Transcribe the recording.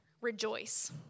rejoice